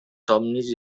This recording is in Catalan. somnis